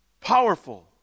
powerful